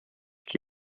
qui